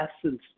essence